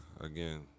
again